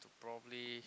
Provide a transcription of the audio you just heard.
to probably